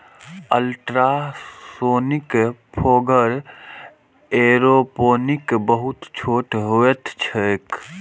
ultrasonic fogger aeroponic बहुत छोट होइत छैक